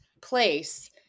place